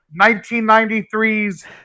1993's